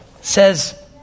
says